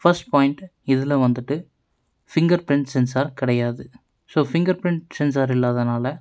first point இதில் வந்துட்டு finger print sensor கிடையாது ஸோ ஃபிங்கர் பிரிண்ட் சென்ஸார் இல்லாததனால